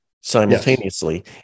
simultaneously